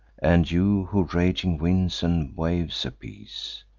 and you who raging winds and waves appease,